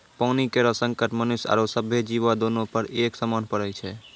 पानी केरो संकट मनुष्य आरो सभ्भे जीवो, दोनों पर एक समान पड़ै छै?